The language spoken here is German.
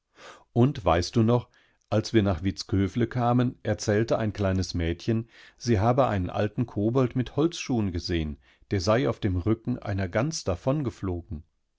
hatteundholzschuheandenfüßen ganzwieeinarbeitsmann undweißtdu noch als wir nach vittskövle kamen erzählte ein kleines mädchen sie habe einen alten kobold mit holzschuhen gesehen der sei auf dem rücken einer gans